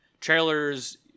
trailers